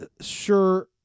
sure